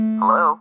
Hello